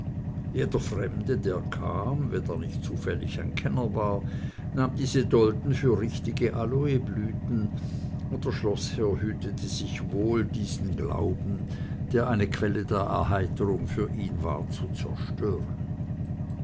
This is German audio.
jeder fremde der kam wenn er nicht zufällig ein kenner war nahm diese dolden für richtige aloeblüten und der schloßherr hütete sich wohl diesen glauben der eine quelle der erheiterung für ihn war zu zerstören